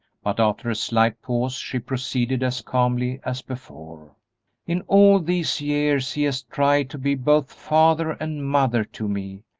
but after a slight pause she proceeded as calmly as before in all these years he has tried to be both father and mother to me,